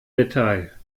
detail